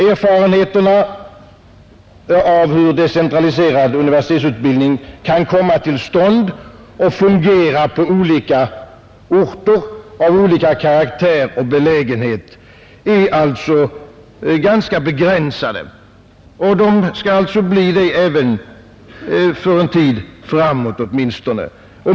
Erfarenheterna av hur decentraliserad universitetsutbildning kan komma till stånd och fungera på olika orter av olika 115 karaktär och belägenhet är alltså ganska begränsade, och så skall de tydligen bli även för en tid framåt.